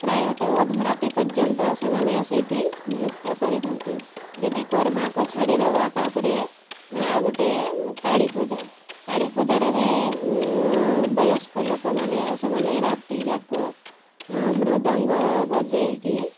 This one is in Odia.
ପ୍ରାୟତଃ ଅଧରାତି ପର୍ଯ୍ୟନ୍ତ ସେମାନେ ସେଇଠି ନୃତ୍ୟ କରିଥାନ୍ତି ଯଦି କର୍ମାକୁ ଛାଡ଼ି ଦବା ତାପରେ ଆଉ ଗୋଟେ କାଳୀ ପୂଜା କାଳୀ ପୂଜାରେ ବି ବୟସ୍କ ଲୋକମାନେ ସେମାନେ ରାତି ଯାକ ମୃଦଙ୍ଗ ବଜେଇକି